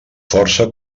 força